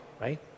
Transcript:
Right